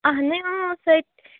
آہنہِ سٹ